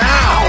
Now